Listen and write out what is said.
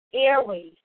airways